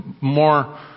more